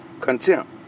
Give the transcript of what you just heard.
contempt